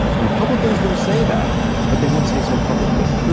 republicans will say that but they won't say so publicly.